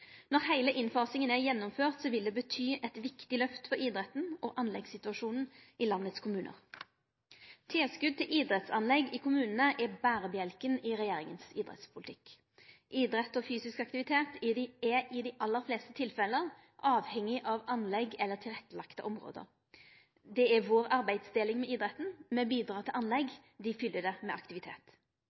Når heile innfasinga er gjennomført, vil det bety eit viktig løft for idretten og anleggsituasjonen i kommunane i landet. Tilskot til idrettsanlegg i kommunane er berebjelken i regjeringa sin idrettspolitikk. Idrett og fysisk aktivitet er i dei aller fleste tilfelle avhengig av anlegg eller tilrettelagde område. Det er vår arbeidsdeling med idretten. Me bidrar til anlegg, han fyller dei med aktivitet.